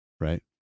right